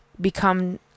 become